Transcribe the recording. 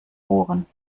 ohren